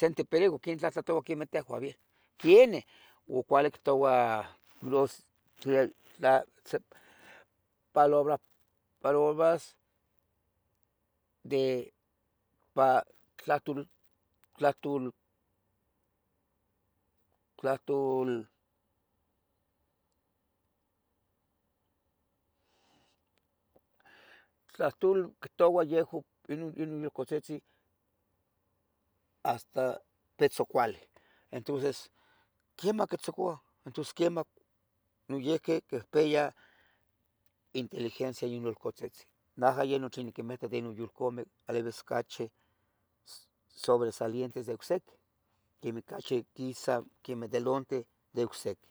sente perico quenih tlahtlahtoua quemeh in tehuan quemeh, cuali ichtouah gros palabras de tlahtol tlahtul tlahtul quitoua yehua inon yulcatzitzeh hasta pitzocuali, entonces quemah quitzicouah entos quemah noyiuqui quipiyah inteligencia in yolcotzitzin naja yeh non niquimita den in yolcameh alivis ocachi sobre salientes de ocsequeh quemih quisa delante de ocsequeh.